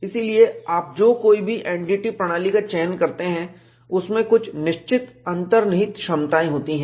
इसीलिए आप जो कोई भी NDT प्रणाली का चयन करते हैं उसमें कुछ निश्चित अंतर्निहित क्षमताएं होती हैं